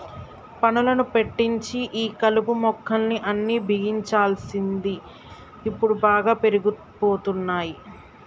పనులను పెట్టించి ఈ కలుపు మొక్కలు అన్ని బిగించాల్సింది ఇప్పుడు బాగా పెరిగిపోతున్నాయి